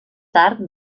tard